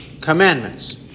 commandments